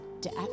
death